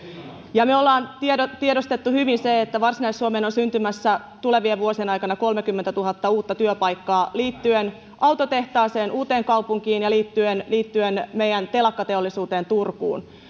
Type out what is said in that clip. ja me olemme tiedostaneet hyvin sen että varsinais suomeen on syntymässä tulevien vuosien aikana kolmekymmentätuhatta uutta työpaikkaa liittyen autotehtaaseen uuteenkaupunkiin ja liittyen liittyen meidän telakkateollisuuteen turkuun